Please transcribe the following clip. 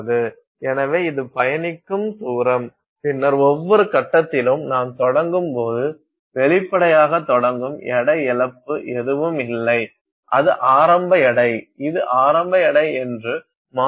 எனவே இது பயணிக்கும் தூரம் பின்னர் ஒவ்வொரு கட்டத்திலும் நாம் தொடங்கும் போது வெளிப்படையாக தொடங்கும் எடை இழப்பு எதுவுமில்லை அது ஆரம்ப எடை இது ஆரம்ப எடை என்று மாதிரியை நாம் அளவிடும் எடை